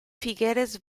figueres